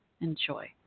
Enjoy